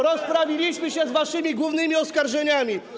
Rozprawiliśmy się z waszymi głównymi oskarżeniami.